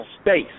space